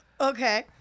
Okay